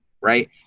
right